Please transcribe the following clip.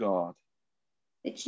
God